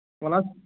وَلہٕ حظ